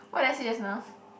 what did I say just now